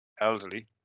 elderly